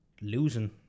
losing